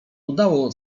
udało